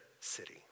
city